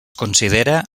considera